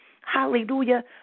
hallelujah